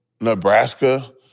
Nebraska